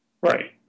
right